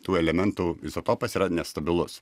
tų elementų izotopas yra nestabilus